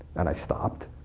and i stopped.